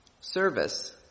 service